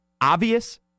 obvious